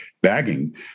Bagging